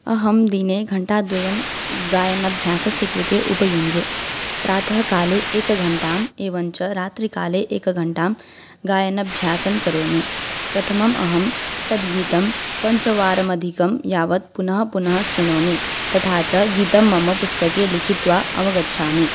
अहं दिने घण्टाद्वयं गायनाभ्यासस्य कृते उपयुञ्जे प्रातःकाले एकघण्टाम् एवं च रात्रिकाले एकघण्टां गायनाभ्यासं करोमि प्रथमम् अहं तत् गीतं पञ्चवारम् अधिकं यावत् पुनः पुनः श्रुणोमि तथा च गीतं मम पुस्तके लिखित्वा अवगच्छामि